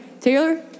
Taylor